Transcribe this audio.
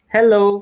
Hello